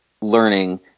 learning